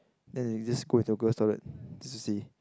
then they just go into the girl's toilet just to see